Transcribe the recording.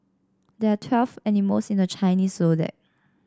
there are twelve animals in the Chinese Zodiac